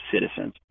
citizens